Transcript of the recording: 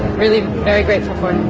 really very grateful for